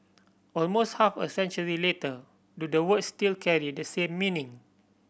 almost half a century later do the words still carry the same meaning